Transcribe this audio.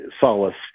solace